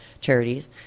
charities